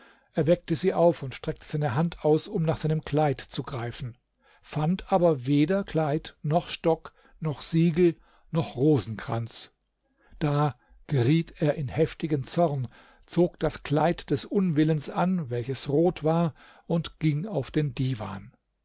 er weckte sie auf und streckte seine hand aus um nach seinem kleid zu greifen fand aber weder kleid noch stock noch siegel noch rosenkranz da geriet er in heftigen zorn zog das kleid des unwillens an welches rot war und ging auf den divan